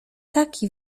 taki